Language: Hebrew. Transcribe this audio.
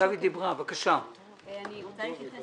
זה נכון